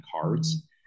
cards